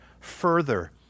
further